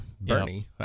Bernie